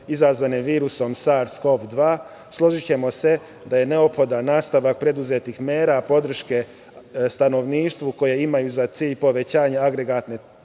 izazvane virusom SARS-CoV-2, složićemo se da je neophodan nastavak preduzetih mera podrške stanovništvu koje imaju za cilj povećanje agregatne